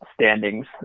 standings